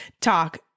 talk